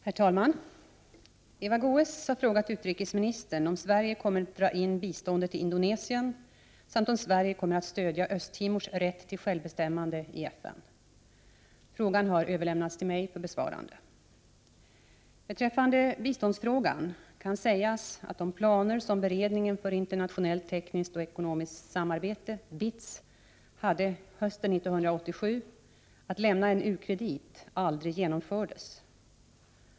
Herr talman! Eva Goés har frågat utrikesministern om Sverige kommer att dra in biståndet till Indonesien samt om Sverige kommer att stödja Östtimors rätt till sjävbestämmande i FN. Frågan har överlämnats till mig för besvarande. Beträffande biståndsfrågan kan sägas att de planer som beredningen för internationellt tekniskt-ekonomiskt samarbete hade hösten 1987 att lämna en u-kredit aldrig genomfördes.